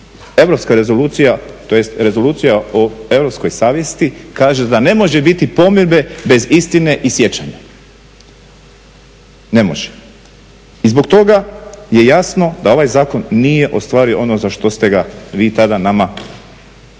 Europska rezolucija tj. Rezolucija o europskoj savjesti kaže da ne može biti pomirbe bez istine i sjećanja, ne može. I zbog toga je jasno da ovaj zakon nije ostvario ono za što ste ga vi tada nama